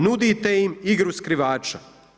Nudite im igru skrivača.